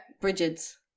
Bridget's